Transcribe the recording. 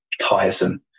tiresome